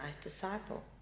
disciple